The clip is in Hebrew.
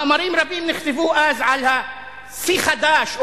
מאמרים רבים נכתבו אז על השיא החדש או